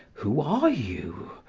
who are you?